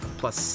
plus